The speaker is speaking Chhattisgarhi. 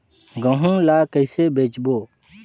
गहूं ला कइसे बेचबो?